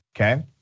okay